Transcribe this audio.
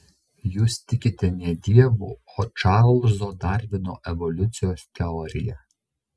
jūs tikite ne dievu o čarlzo darvino evoliucijos teorija